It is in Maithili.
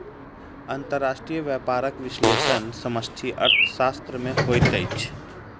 अंतर्राष्ट्रीय व्यापारक विश्लेषण समष्टि अर्थशास्त्र में होइत अछि